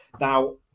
Now